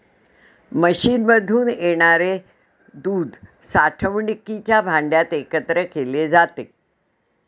मशीनमधून येणारे दूध साठवणुकीच्या भांड्यात एकत्र केले जाते